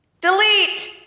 Delete